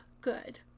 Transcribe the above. good